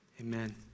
Amen